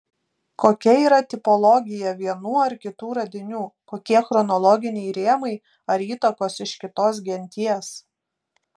kokia yra tipologija vienų ar kitų radinių kokie chronologiniai rėmai ar įtakos iš kitos genties